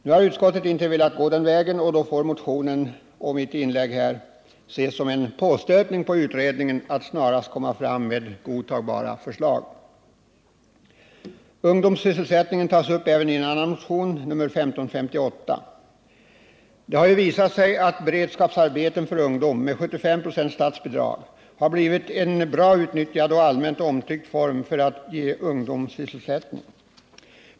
Nu har utskottet inte velat gå den vägen, och då får motionen och mitt inlägg här ses som en påstötning på utredningen att snarast komma fram med godtagbara förslag. Ungdomssysselsättningen tas även upp i en annan av våra motioner, nr 1558. Det har ju visat sig att beredskapsarbeten för ungdom med 75 96 statsbidrag har blivit en bra utnyttjad och allmänt omtyckt form för att ge ungdom sysselsättning.